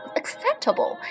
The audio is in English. acceptable